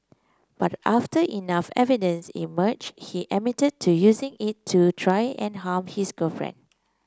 but after enough evidence emerged he admitted to using it to try and harm his girlfriend